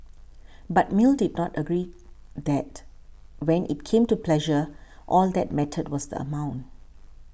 but Mill did not agree that when it came to pleasure all that mattered was the amount